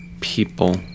people